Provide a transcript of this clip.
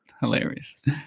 Hilarious